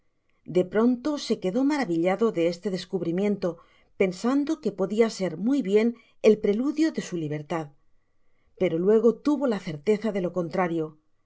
de pronto se quedó maravillado de este descubrimiento pensando que podia ser muy bien el preludio de su libertad pero luego tuvo la certeza de lo contrario